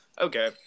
Okay